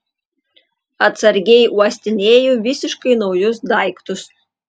atsargiai uostinėju visiškai naujus daiktus